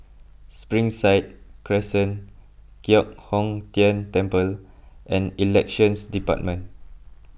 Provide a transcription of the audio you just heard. Springside Crescent Giok Hong Tian Temple and Elections Department